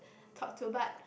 talk to but